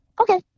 Okay